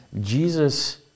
Jesus